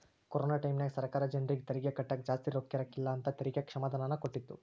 corona ಟೈಮ್ಯಾಗ ಸರ್ಕಾರ ಜರ್ನಿಗೆ ತೆರಿಗೆ ಕಟ್ಟಕ ಜಾಸ್ತಿ ರೊಕ್ಕಿರಕಿಲ್ಲ ಅಂತ ತೆರಿಗೆ ಕ್ಷಮಾದಾನನ ಕೊಟ್ಟಿತ್ತು